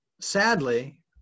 sadly